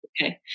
Okay